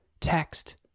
text